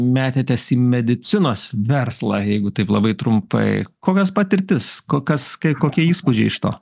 metėtės į medicinos verslą jeigu taip labai trumpai kokias patirtis kokias kai kokie įspūdžiai iš to